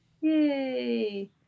Yay